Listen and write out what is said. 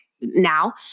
now